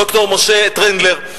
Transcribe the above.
ד"ר משה טנדלר,